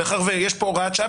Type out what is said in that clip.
מאחר ויש כאן הוראת שעה,